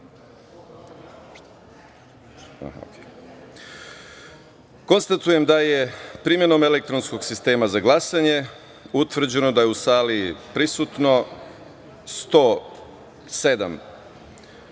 glasanje. Konstatujem da je, primenom elektronskog sistema za glasanje, utvrđeno da je u sali prisutno 107